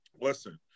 Listen